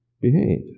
behave